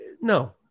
No